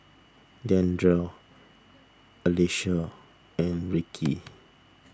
Dandre Alecia and Ricki